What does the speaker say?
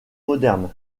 moderne